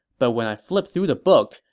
but when i flipped through the book,